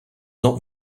not